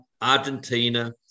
Argentina